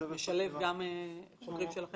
הוא משלב גם חוקרים שלכם?